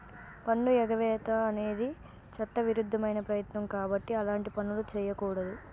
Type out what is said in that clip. పన్నుఎగవేత అనేది చట్టవిరుద్ధమైన ప్రయత్నం కాబట్టి అలాంటి పనులు చెయ్యకూడదు